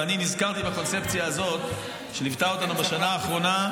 ואני נזכרתי בקונספציה הזאת שליוותה אותנו בשנה האחרונה,